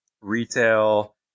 retail